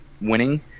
winning